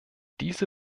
diese